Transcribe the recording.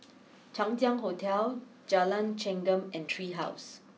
Chang Ziang Hotel Jalan Chengam and Tree house